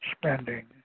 spending